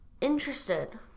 interested